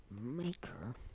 maker